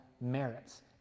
merits